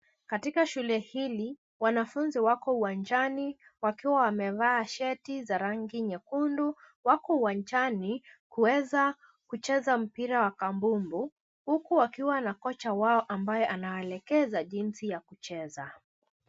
Katika shule hili, wanafunzi wako uwanjani wakiwa wamevaa shati za rangi rangi nyekundu. Wako uwanjani kuweza kucheza mpira wa kabumbu huku wakiwa na kocha wao ambaye anawaelekeza jinsi ya kucheza.